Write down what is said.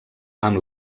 amb